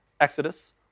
Exodus